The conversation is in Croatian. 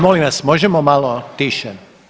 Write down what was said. Molim vas možemo malo tiše!